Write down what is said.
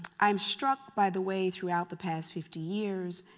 i'm struck by the way throughout the past fifty years,